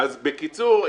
בקיצור,